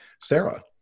Sarah